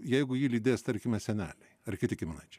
jeigu jį lydės tarkime seneliai ar kiti giminaičiai